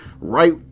right